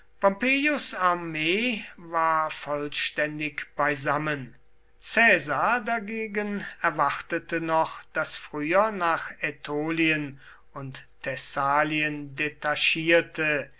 armee war vollständig beisammen caesar dagegen erwartete noch das früher nach ätolien und thessalien detachierte